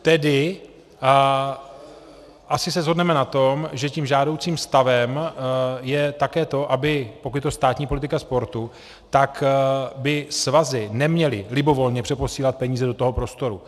Tedy, a asi se shodneme na tom, že tím žádoucím stavem je také to, aby pokud je to státní politika sportu, tak ty svazy by neměly libovolně přeposílat peníze do toho prostoru.